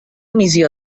missió